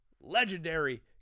legendary